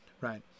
Right